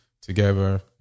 together